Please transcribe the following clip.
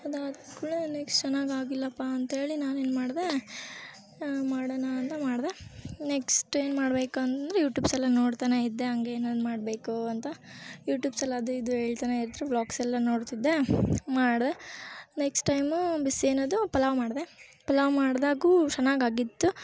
ಅದಾದ ಕುಳೆ ನೆಕ್ಸ್ಟ್ ಚೆನ್ನಾಗಿ ಆಗ್ಲಿಲ್ಲಪ್ಪ ಅಂತ ಹೇಳಿ ನಾನೇನು ಮಾಡಿದೆ ಮಾಡಣ ಅಂತ ಮಾಡಿದೆ ನೆಕ್ಸ್ಟ್ ಏನು ಮಾಡಬೇಕಂದ್ರೆ ಯೂಟೂಬ್ಸೆಲ್ಲ ನೋಡ್ತಲೇ ಇದ್ದೆ ಹಂಗೆ ಏನೇನು ಮಾಡಬೇಕು ಅಂತ ಯೂಟೂಬ್ಸಲ್ಲಿ ಅದು ಇದು ಹೇಳ್ತನೇ ಇದ್ದರು ವ್ಲಾಗ್ಸೆಲ್ಲ ನೋಡ್ತಿದ್ದೆ ಮಾಡಿದೆ ನೆಕ್ಸ್ಟ್ ಟೈಮು ಬಿಸಿ ಏನದು ಪಲಾವು ಮಾಡಿದೆ ಪಲಾವು ಮಾಡ್ದಾಗ್ಲೂ ಚೆನ್ನಾಗಾಗಿತ್ತು